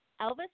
elvis